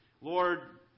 Lord